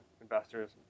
investors